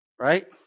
Right